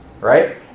Right